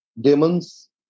demons